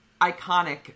iconic